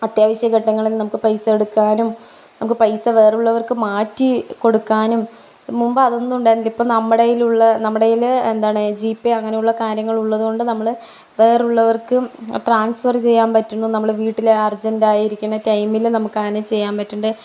അത്യാവശ്യഘട്ടങ്ങളിൽ നമുക്ക് പൈസ എടുക്കാനും നമുക്ക് പൈസ വേറെയുള്ളവർക്ക് മാറ്റി കൊടുക്കാനും മുമ്പ് അതൊന്നും ഉണ്ടായിരുന്നില്ല ഇപ്പോൾ നമ്മടേലുള്ള നമ്മുടേൽ എന്താണ് ജി പേ അങ്ങനെയുള്ള കാര്യങ്ങളുള്ളത് കൊണ്ട് നമ്മൾ വേറെയുള്ളവർക്കും ട്രാൻസ്ഫർ ചെയ്യാൻ പറ്റുന്നു നമ്മൾ വീട്ടിൽ അർജൻറ്റായിരിക്കുന്ന ടൈമിൽ നമുക്ക് അങ്ങനെ ചെയ്യാൻ പറ്റുന്നുണ്ട്